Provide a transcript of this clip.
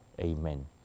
amen